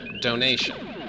donation